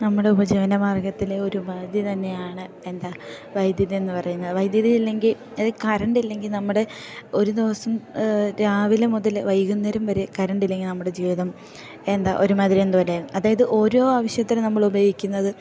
നമ്മുടെ ഉപജീവന മാർഗ്ഗത്തിലെ ഒരുപാധി തന്നെയാണ് എന്താ വൈദ്യുതി എന്നു പറയുന്നത് വൈദ്യുതി ഇല്ലെങ്കിൽ അത് കരണ്ട് ഇല്ലെങ്കിൽ നമ്മുടെ ഒരു ദിവസം രാവിലെ മുതൽ വൈകുന്നേരം വരെ കരണ്ടില്ലെങ്കിൽ നമ്മുടെ ജീവിതം എന്താ ഒരു മാതിരി എന്തോ അല്ലേ അതായത് ഓരോ ആവശ്യത്തിന് നമ്മൾ ഉപയോഗിക്കുന്നത്